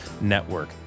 network